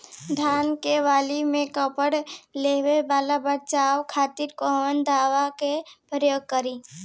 धान के वाली में कवक पकड़ लेले बा बचाव खातिर कोवन दावा के प्रयोग करी?